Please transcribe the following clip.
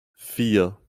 vier